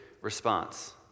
response